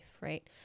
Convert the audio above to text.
right